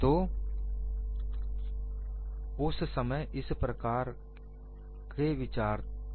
तो उस समय इस प्रकार के विचार था